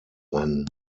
rennen